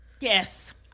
Yes